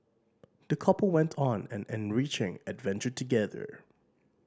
the couple went on an enriching adventure together